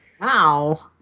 Wow